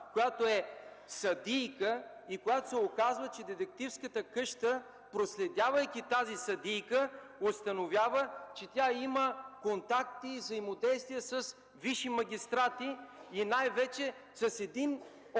и е съдийка. Оказа се, че детективската къща, проследявайки тази съдийка, установява че тя има контакти и взаимодействия с висши магистрати и най-вече с един от